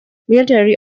military